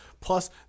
Plus